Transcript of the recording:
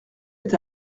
est